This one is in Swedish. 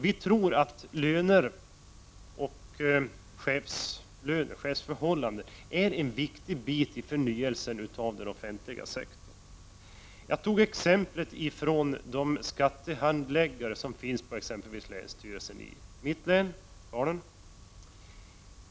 Vi tror att löner och chefsförhållanden är viktiga faktorer i förnyelsen av den offentliga sektorn. Jag kan som exempel nämna de skattehandläggare som finns på länsstyrelsen i mitt län.